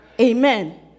Amen